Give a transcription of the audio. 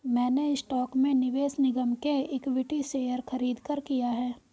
मैंने स्टॉक में निवेश निगम के इक्विटी शेयर खरीदकर किया है